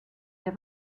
der